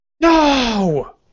No